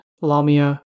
Lamia